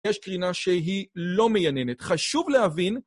יש קרינה שהיא לא מייננת. חשוב להבין.